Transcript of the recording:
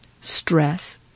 Stress